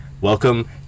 Welcome